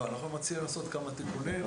לא, אנחנו מציעים לעשות כמה תיקונים.